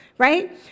right